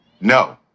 no